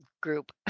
group